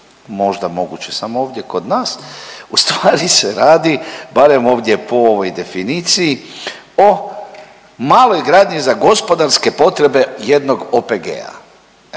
možda moguće samo ovdje kod nas u stvari se radi barem ovdje po ovoj definiciji o maloj gradnji za gospodarske potrebe jednog OPG-a.